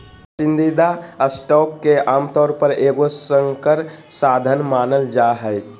पसंदीदा स्टॉक के आमतौर पर एगो संकर साधन मानल जा हइ